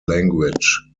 language